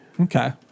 Okay